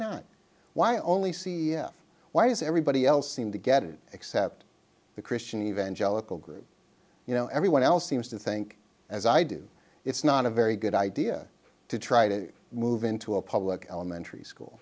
not why only c f why is everybody else seem to get it except the christian evangelical group you know everyone else seems to think as i do it's not a very good idea to try to move into a public elementary school